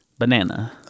Banana